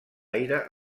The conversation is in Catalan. aire